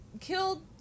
killed